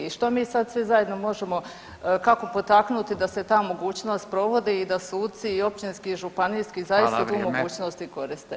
I što mi sad svi zajedno možemo, kako potaknuti da se ta mogućnost provodi i da suci i općinski i županijski zaista tu mogućnost i koriste.